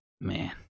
Man